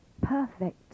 perfect